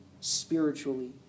spiritually